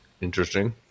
interesting